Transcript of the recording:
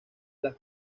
las